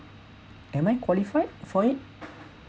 am I qualify for it